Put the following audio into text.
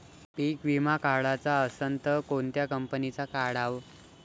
पीक विमा काढाचा असन त कोनत्या कंपनीचा काढाव?